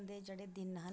बचपन दे जेह्ड़े दिन हे नां